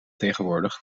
tegenwoordig